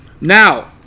Now